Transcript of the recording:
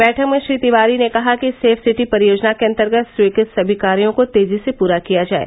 बैठक में श्री तिवारी ने कहा कि सेफ सिटी परियोजना के अन्तर्गत स्वीकृत सभी कार्यो को तेजी से पूरा किया जाये